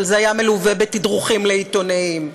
אבל זה היה מלווה בתדרוכים לעיתונאים,